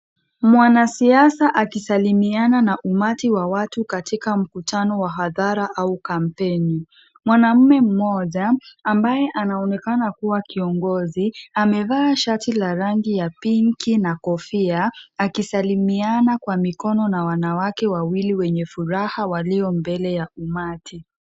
Mwanasiasa akisalimiana na umati wa watu katika mkutano wa hadhara au kampeni. Mwanaume mmoja ambaye anaonekana kuwa kiongozi, amevaa shati la rangi ya pinki na kofia, akisalimiana kwa mikono na wanawake wawili wenye furaha walio mbele ya umati.